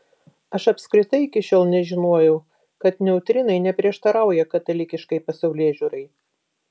aš apskritai iki šiol nežinojau kad neutrinai neprieštarauja katalikiškai pasaulėžiūrai